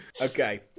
Okay